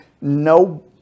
no